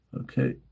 okay